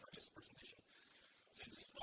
this presentation since